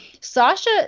Sasha